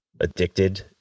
addicted